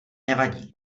nevadí